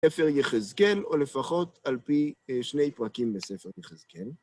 ספר יחזקאל, או לפחות על פי שני פרקים בספר יחזקאל.